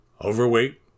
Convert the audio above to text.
overweight